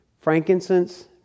frankincense